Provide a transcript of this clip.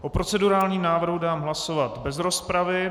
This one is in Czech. O procedurálním návrhu dám hlasovat bez rozpravy.